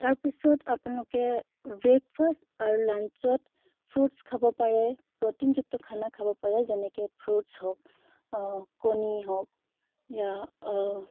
তাৰপিছত আপোনালোকে ব্ৰেকফাষ্ট আৰু লান্সত ফ্ৰোটছ খাব পাৰে প্ৰ'টিনযুক্ত খানা খাব পাৰে যেনেকৈ ফ্ৰোটছ হওক কণী হওক য়া